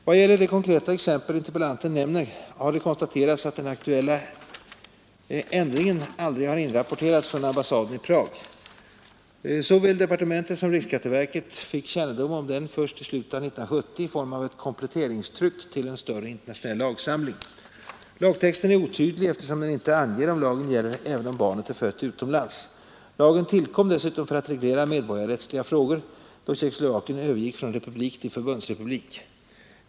Vad gäller det konkreta exempel interpellanten nämner har det konstaterats, att den aktuella ändringen aldrig har inrapporterats från ambassaden i Prag. Såväl departementet som riksskatteverket fick kännedom om den först i slutet av 1970 i form av ett kompletteringstryck till en större internationell lagsamling. Lagtexten är otydlig, eftersom den inte anger om lagen gäller även om barnet är fött utomlands. Lagen tillkom dessutom för att reglera medborgarrättsliga frågor, då Tjeckoslovakien övergick från republik till förbundsrepublik.